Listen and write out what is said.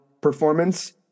performance